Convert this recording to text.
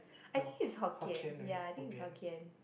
I think is Hokkien ya I think is Hokkien